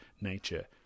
nature